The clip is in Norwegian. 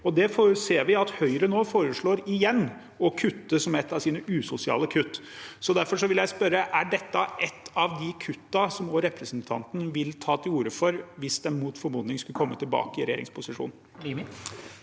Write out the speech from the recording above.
Det ser vi at Høyre nå foreslår igjen å kutte som et av sine usosiale kutt. Derfor vil jeg spørre: Er dette et av de kuttene som også representanten vil ta til orde for hvis man mot formodning skulle komme tilbake i regjeringsposisjon?